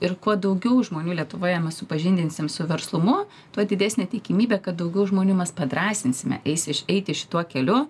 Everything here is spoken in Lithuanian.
ir kuo daugiau žmonių lietuvoje mes supažindinsim su verslumu tuo didesnė tikimybė kad daugiau žmonių mes padrąsinsime eisi eiti šituo keliu